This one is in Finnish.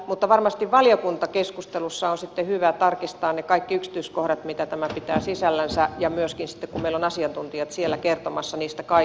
mutta varmasti valiokuntakeskustelussa on sitten hyvä tarkistaa ne kaikki yksityiskohdat mitä tämä pitää sisällänsä ja myöskin sitten kun meillä on asiantuntijat siellä kertomassa niistä kaikista